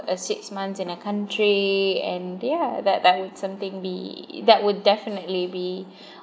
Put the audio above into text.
a six months in a country and yeah that that would something be that would definitely be